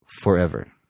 forever